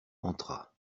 entra